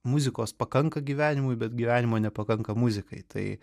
muzikos pakanka gyvenimui bet gyvenimo nepakanka muzikai tai